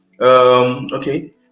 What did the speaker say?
okay